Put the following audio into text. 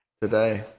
Today